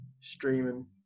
streaming